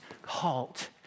halt